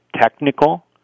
technical